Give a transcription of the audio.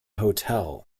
hotel